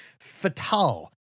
Fatal